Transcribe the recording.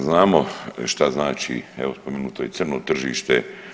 Znamo šta znači, evo spomenuto je i crno tržište.